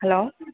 hello